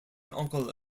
uncle